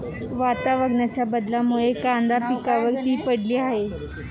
वातावरणाच्या बदलामुळे कांदा पिकावर ती पडली आहे